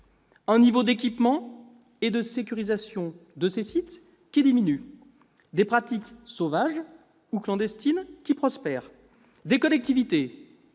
un niveau d'équipement et de sécurisation des sites qui diminue ; des pratiques sauvages ou clandestines qui prospèrent ; des collectivités